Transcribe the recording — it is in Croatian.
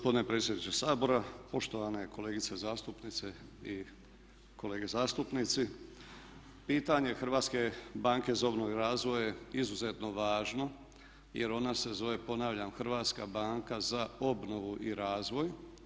Gospodine predsjedniče Sabora, poštovane kolegice zastupnice i kolege zastupnici, pitanje Hrvatske banke za obnovu i razvoj je izuzetno važno jer ona se zove ponavljam Hrvatska banka za obnovu i razvoj.